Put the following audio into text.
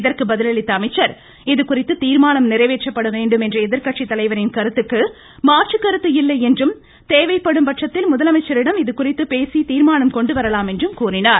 இதற்கு பதிலளித்த அமைச்சர் இதுகுறித்து தீர்மானம் நிறைவேற்றப்பட வேண்டும் என்ற எதிர்கட்சி தலைவரின் கருத்துக்கு மாற்றுக்கருத்து இல்லை என்றும் தேவைப்படும் பட்சத்தில் முதலமைச்சரிடம் இதுகுறித்து பேசி தீர்மானம் கொண்டுவரலாம் என்றும் குறிப்பிட்டார்